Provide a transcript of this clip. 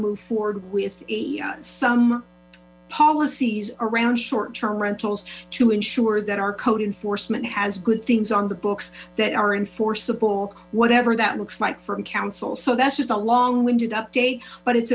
move forward with a some policies around short term rentals to ensure that our code enforcement has good things on the books that are enforceable whatever that looks like from council so that's just a long winded update but it's